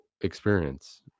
experience